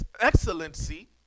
excellency